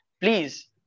please